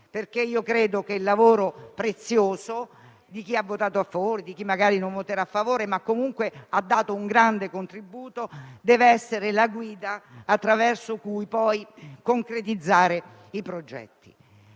perché credo che il lavoro prezioso - di chi ha votato a favore e di chi magari non voterà a favore, ma comunque ha dato un grande contributo - debba essere la guida attraverso cui concretizzare i progetti.